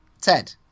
Ted